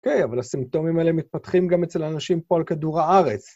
אוקיי, אבל הסימפטומים האלה מתפתחים גם אצל האנשים פה על כדור הארץ.